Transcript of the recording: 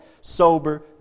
sober